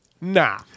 nah